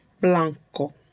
Blanco